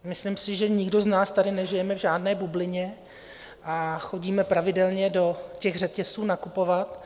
Myslím si, že nikdo z nás tady nežijeme v žádné bublině a chodíme pravidelně do těch řetězců nakupovat.